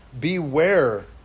beware